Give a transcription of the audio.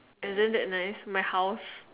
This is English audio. isn't that nice my house